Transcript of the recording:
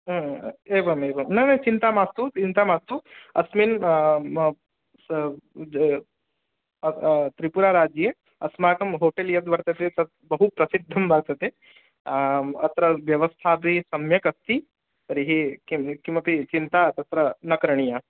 एवं एवं न न चिन्ता मास्तु चिन्ता मास्तु अस्मिन् त्रिपुराराज्ये अस्माकं होटेल् यत् वर्तते तद् बहुप्रसिद्धं वर्तते अत्र व्यवस्थापि सम्यक् अस्ति तर्हि किं किमपि चिन्ता तत्र न करणीया